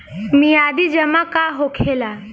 मियादी जमा का होखेला?